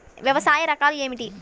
వ్యవసాయ రకాలు ఏమిటి?